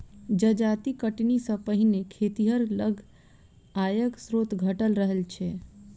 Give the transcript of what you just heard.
जजाति कटनी सॅ पहिने खेतिहर लग आयक स्रोत घटल रहल छै